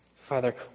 Father